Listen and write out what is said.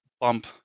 bump